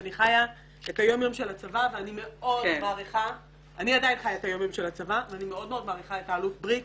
אני חיה את היום-יום של הצבא ואני מאוד מעריכה את האלוף בריק